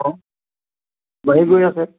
অঁ বাঢ়ি গৈ আছে